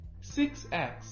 6X